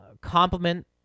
complement